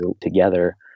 together